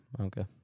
Okay